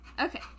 Okay